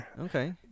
Okay